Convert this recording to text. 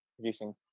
producing